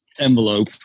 envelope